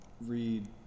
read